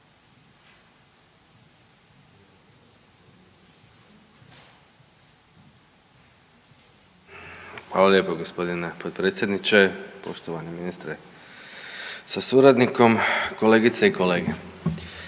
Hvala lijepo g. potpredsjedniče, poštovani ministre sa suradnikom, kolegice i kolege.